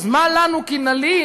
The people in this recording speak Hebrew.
אז מה לנו כי נלין